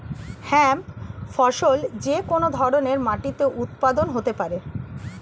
hemp ফসল যে কোন ধরনের মাটিতে উৎপাদন হতে পারে